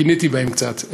קינאתי בהם קצת,